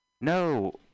No